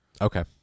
Okay